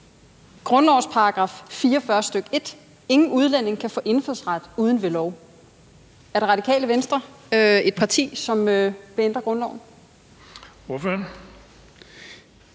grundlovens § 44, stk. 1: »Ingen udlænding kan få indfødsret uden ved lov«. Er Det Radikale Venstre et parti, som vil ændre grundloven? Kl.